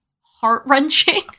heart-wrenching